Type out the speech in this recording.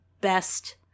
best